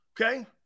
okay